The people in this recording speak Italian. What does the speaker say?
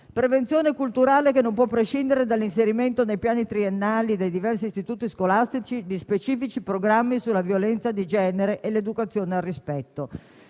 prevenzione culturale non può prescindere dall'inserimento nei piani triennali dei diversi istituti scolastici di specifici programmi sulla violenza di genere e sull'educazione al rispetto.